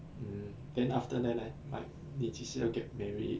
mm then after that leh like 你几时要 get married